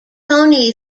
toni